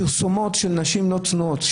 פרסומות של נשים לא צנועות,